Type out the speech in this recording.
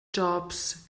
jobs